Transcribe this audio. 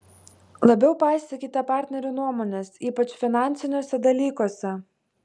labiau paisykite partnerių nuomonės ypač finansiniuose dalykuose